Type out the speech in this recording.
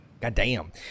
Goddamn